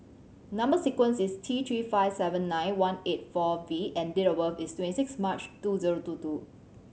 number sequence is T Three five seven nine one eight four V and date of birth is twenty six March two zero two two